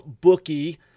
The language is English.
bookie